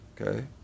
Okay